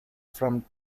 from